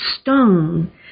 stone